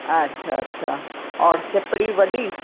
अच्छा अच्छा और सिपरी वॾी